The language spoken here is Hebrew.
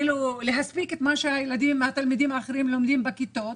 להספיק את מה שהתלמידים האחרים לומדים בכיתות.